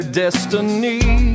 destiny